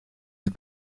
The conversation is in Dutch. het